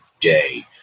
day